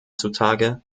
zutage